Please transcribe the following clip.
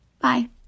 Bye